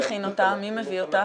מי מביא אותה?